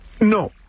No